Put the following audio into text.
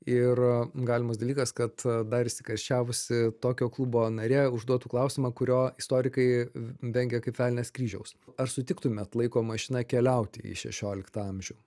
ir galimas dalykas kad dar įsikarščiavusi tokio klubo narė užduotų klausimą kurio istorikai vengia kaip velnias kryžiaus ar sutiktumėt laiko mašina keliauti į šešioliktą amžių